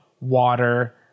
water